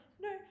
No